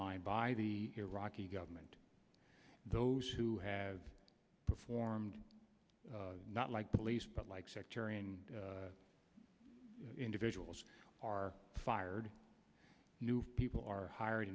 line by the iraqi government those who have performed not like police but like sectarian individuals are fired new people are hired